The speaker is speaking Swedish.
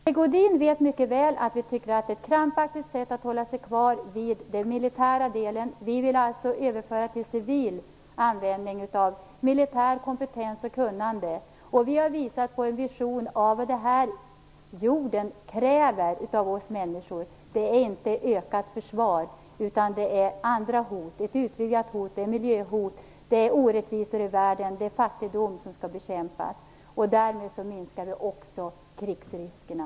Fru talman! Sigge Godin vet mycket väl att vi tycker att detta är ett krampaktigt sätt att hålla sig kvar vid den militära delen. Vi vill överföra militär kompetens och kunnande till civil användning. Vi har visat på en vision av vad den här jorden kräver av oss människor, och det är inte ett ökat försvar. Det finns andra hot, ett utvidgat hot och ett miljöhot. Det finns också orättvisor i världen och fattigdom som vi skall bekämpa, och därmed minskar vi också krigsriskerna.